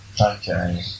Okay